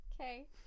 Okay